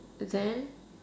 then